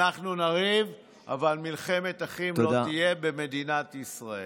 אנחנו נריב, אבל מלחמת אחים לא תהיה במדינת ישראל.